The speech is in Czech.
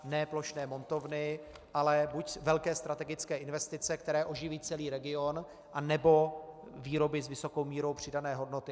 Ne plošné montovny, ale buď velké strategické investice, které oživí celý region, anebo výroby s vysokou mírou přidané hodnoty.